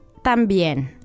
también